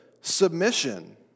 submission